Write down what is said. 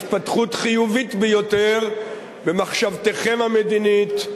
התפתחות חיובית ביותר במחשבתכם המדינית,